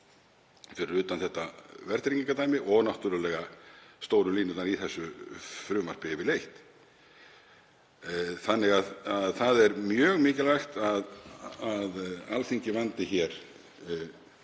fyrir utan verðtryggingardæmið og náttúrlega stóru línurnar í þessu frumvarpi yfirleitt. Það er mjög mikilvægt að Alþingi vandi hér